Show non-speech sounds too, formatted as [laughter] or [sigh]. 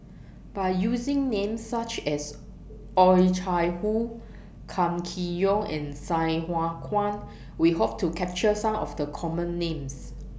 By using Names such as Oh Chai Hoo Kam Kee Yong and Sai Hua Kuan [noise] We Hope to capture Some of The Common Names